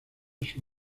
sus